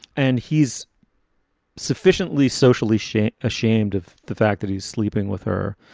and he's sufficiently socially shamed, ashamed of the fact that he's sleeping with her.